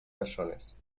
persones